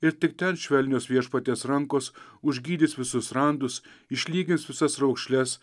ir tik ten švelnios viešpaties rankos užgydys visus randus išlygins visas raukšles